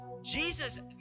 Jesus